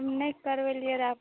नहि करबेलियै रऽ आब